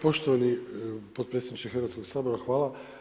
Poštovani potpredsjedniče Hrvatskoga sabora hvala.